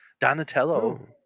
donatello